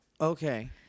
Okay